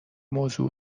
موضوع